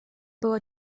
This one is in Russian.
было